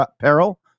peril